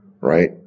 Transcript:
right